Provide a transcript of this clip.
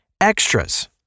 Extras